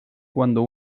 cuando